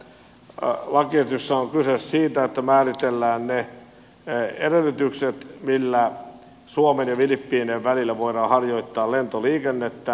tässä lakiesityksessä on kyse siitä että määritellään ne edellytykset joilla suomen ja filippiinien välillä voidaan harjoittaa lentoliikennettä